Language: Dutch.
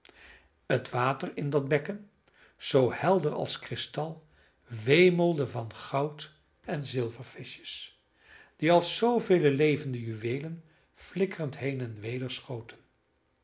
het water in dat bekken zoo helder als kristal wemelde van goud en zilvervischjes die als zoovele levende juweelen flikkerend heen en weder schoten